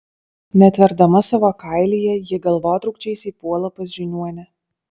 netverdama savo kailyje ji galvotrūkčiais įpuola pas žiniuonę